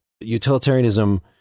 utilitarianism